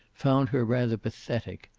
found her rather pathetic,